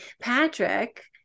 patrick